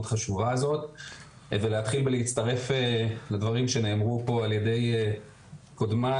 חשובה הזאת ולהתחיל להצטרף לדברים שנאמרו פה על ידי קודמיי,